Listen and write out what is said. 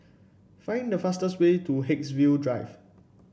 find the fastest way to Haigsville Drive